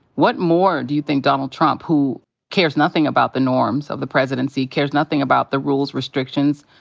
what more do you think donald trump, who cares nothing about the norms of the presidency, cares nothing about the rules, restrictions?